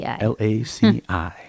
l-a-c-i